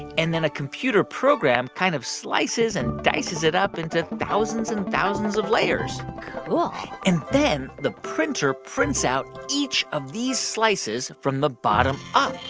and then a computer program kind of slices and dices it up into thousands and thousands of layers cool and then the printer prints out each of these slices from the bottom up,